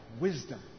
wisdom